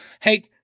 hey